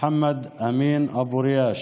מוחמד אמין אבו ריאש,